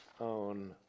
own